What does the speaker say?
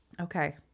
okay